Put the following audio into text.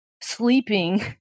sleeping